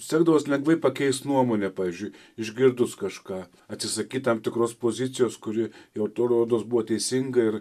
sekdavosi lengvai pakeist nuomonę pavyzdžiui išgirdus kažką atsisakyt tam tikros pozicijos kuri jau ta rodos buvo teisinga ir